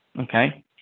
Okay